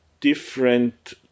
different